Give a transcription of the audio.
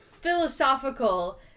philosophical